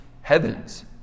heavens